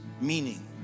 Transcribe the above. meaning